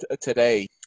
today